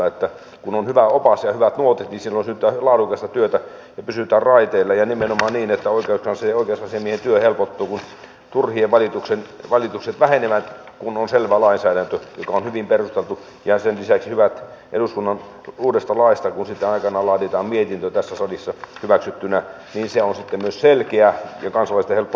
kun on hyvä opas ja hyvät nuotit niin silloin syntyy laadukasta työtä ja pysytään raiteilla ja nimenomaan niin että oikeuskanslerin ja oikeusasiamiehen työ helpottuu kun turhat valitukset vähenevät kun on selvä lainsäädäntö joka on hyvin perusteltu ja sen lisäksi kun eduskunnan uudesta laista sitten aikanaan laaditaan mietintö tässä salissa hyväksyttynä se on sitten myös selkeä ja kansalaisten on sitä helppo noudattaa